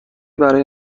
برای